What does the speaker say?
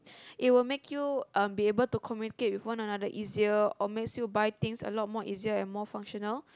it will make you um be able to communicate with one another easier or makes you buy things a lot more easier and more functional